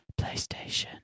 PlayStation